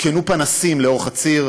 הותקנו פנסים לאורך הציר,